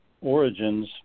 origins